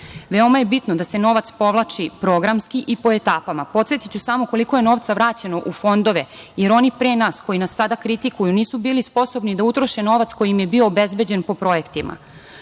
veku. Veoma je bitno da se novac povlači programski i u etapama. Podsetiću samo koliko je novca vraćeno u fondove, jer oni pre nas koji nas sada kritikuju nisu bili sposobni da utroše novac koji im je bio obezbeđen po projektima.